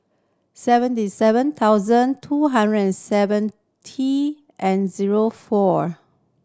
seventy seven thousand two hundred and seventy and zero four